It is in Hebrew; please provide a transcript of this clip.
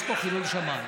יש פה חילול שבת.